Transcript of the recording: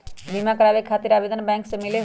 बिमा कराबे खातीर आवेदन बैंक से मिलेलु?